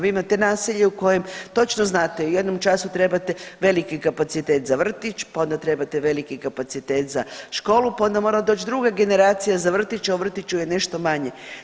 Vi imate naselje u kojem točno znate u jednom času trebate veliki kapacitet za vrtić, pa onda trebate veliki kapacitet za školu, pa onda mora doći druga generacija za vrtić, a u vrtiću je nešto manje.